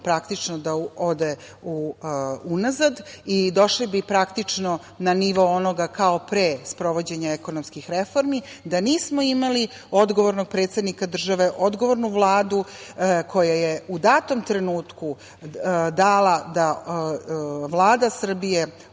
je moglo da ode unazad i došli bi na nivou onoga kao pre sprovođenja ekonomskih reformi, da nismo imali odgovornog predsednika države, odgovornu Vladu koja je u datom trenutku dala da Vlada Srbije